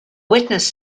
witness